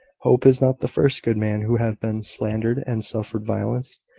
hope is not the first good man who has been slandered and suffered violence.